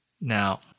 Now